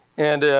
and,